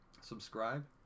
Subscribe